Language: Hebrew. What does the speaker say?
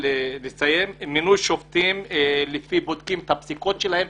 מינוי שופטים שבודקים את הפסיקות שלהם,